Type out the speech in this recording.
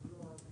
קדימה ואחורה.